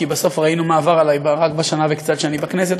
כי בסוף ראינו מה עבר עלי רק בשנה וקצת שאני בכנסת,